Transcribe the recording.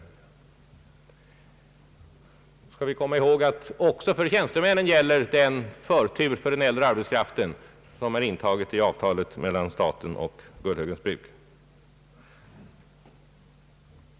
Vi skall dock komma ihåg att också för dem gäller den förtur för den äldre arbetskraften som är intagen i avtalet mellan staten och Gullhögens bruk.